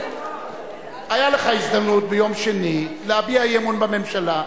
היתה לך הזדמנות ביום שני להביע אי-אמון בממשלה.